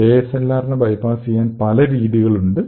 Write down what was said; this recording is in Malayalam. ASLR നെ ബെപാസ്സ് ചെയ്യാൻ പല രീതികൾ ഉണ്ട്